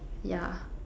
ya